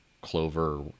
clover